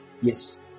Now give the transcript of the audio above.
Yes